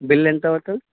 bill ఎంత అవుతుంది